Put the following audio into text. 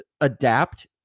adapt